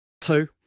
Two